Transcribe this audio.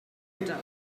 order